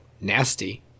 nasty